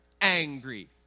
angry